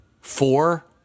four